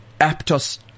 APTOS